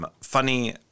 Funny